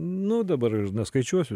nuo dabar neskaičiuosiu